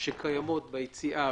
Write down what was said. שקיימות ביציאה,